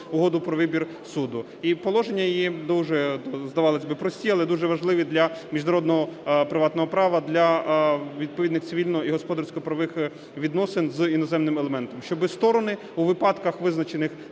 угоди про вибір суду. І положення її дуже здавалось би прості, але дуже важливі для міжнародного приватного права для відповідних цивільно- і господарсько-правових відносин з іноземним елементом. Щоби сторони у випадках, визначених